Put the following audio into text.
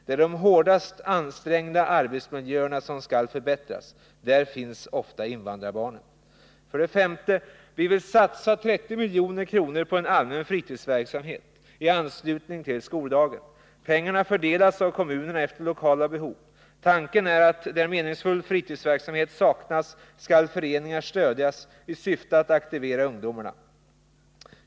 Det är de hårdast ansträngda arbetsmiljöerna som skall förbättras. Där finns ofta invandrarbarnen. 5. Vi vill satsa 30 milj.kr. på en allmän fritidsverksamhet i anslutning till skoldagen. Pengarna fördelas av kommunerna efter lokala behov. Tanken är att där meningsfylld fritidsverksamhet saknas skall föreningar stödjas i syfte att aktivera ungdomarna.